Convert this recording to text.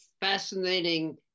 fascinating